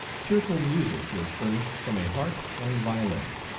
cheerful music was furnished from a harp and violin.